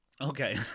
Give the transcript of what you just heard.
Okay